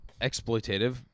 Exploitative